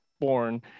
born